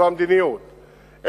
זאת המדיניות,